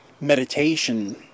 meditation